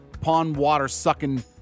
pond-water-sucking